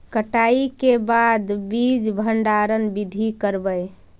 कटाई के बाद बीज भंडारन बीधी करबय?